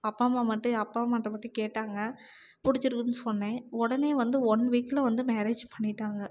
அப்பா அம்மா மட்டும் அப்பா அம்மாகிட்ட மட்டும் கேட்டாங்க பிடிச்சிருக்குதுனு சொன்னேன் உடனே வந்து ஒன் வீக்கில் வந்து மேரேஜ் பண்ணிவிட்டாங்க